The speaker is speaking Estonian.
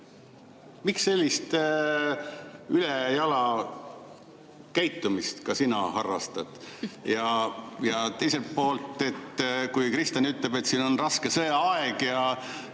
Miks sellist ülejala käitumist ka sina harrastad? Ja teiselt poolt, kui Kristen ütleb, et siin on raske sõjaaeg ja